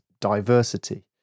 diversity